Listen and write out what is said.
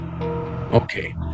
Okay